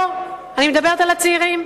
לא, אני מדברת על הצעירים.